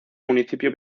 municipio